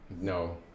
No